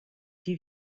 die